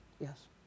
Yes